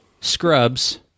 Scrubs